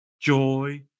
joy